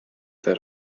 that